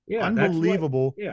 Unbelievable